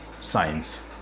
science